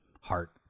heart